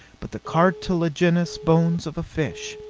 but the cartilagenous bones of a fish.